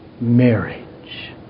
marriage